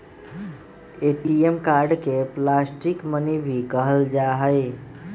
ATM card के plastic money भी कहल जाहई